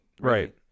Right